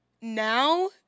now